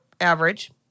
average